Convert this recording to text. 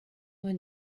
vingt